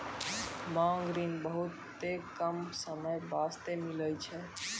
मांग ऋण बहुते कम समय बास्ते मिलै छै